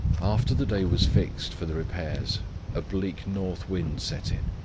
after the day was fixed for the repairs a bleak north wind set in.